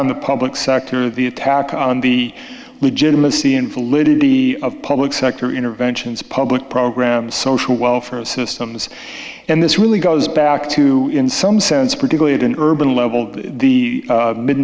on the public sector the attack on the legitimacy invalidity of public sector interventions public programs social welfare systems and this really goes back to in some sense politically at an urban level the